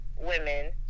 women